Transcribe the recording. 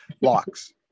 blocks